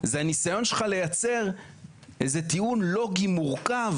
זה הניסיון שלך לייצר איזה טיעון לוגי מורכב